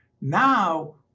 now